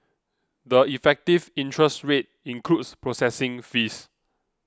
the effective interest rate includes processing fees